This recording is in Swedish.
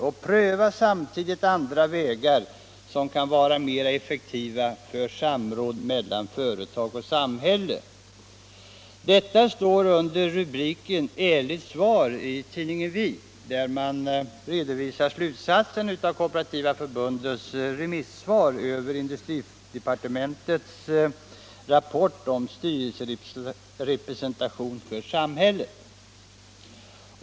Och pröva samtidigt andra vägar, som kan vara mer effektiva, för samråd mellan företag och samhälle.” Detta uttalande återfinns under rubriken Ärligt svar i tidningen Vi, där man redovisar slutsatsen i Kooperativa förbundets remissvar över industridepartementets rapport Styrelserepresentation för samhället.